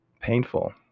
painful